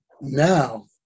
Now